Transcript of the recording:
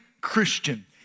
Christian